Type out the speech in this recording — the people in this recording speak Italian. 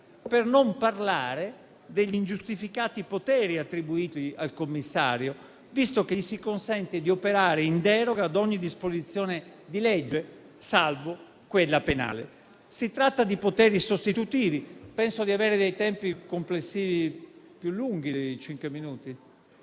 per non parlare degli ingiustificati poteri attribuiti al commissario, visto che gli si consente di operare in deroga a ogni disposizione di legge, salvo quella penale. Si tratta di poteri sostitutivi che travolgono le competenze delle amministrazioni